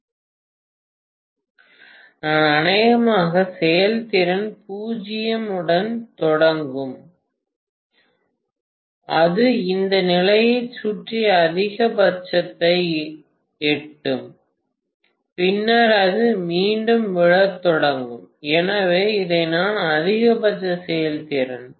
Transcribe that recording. நான் அநேகமாக செயல்திறன் 0 உடன் தொடங்கும் அது இந்த நிலையைச் சுற்றி அதிகபட்சத்தை எட்டும் பின்னர் அது மீண்டும் விழத் தொடங்கும் எனவே இதுதான் அதிகபட்ச செயல்திறன்